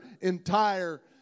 entire